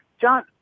John